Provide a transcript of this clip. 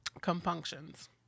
compunctions